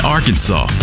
Arkansas